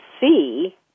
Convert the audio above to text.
see